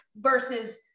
versus